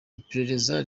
iperereza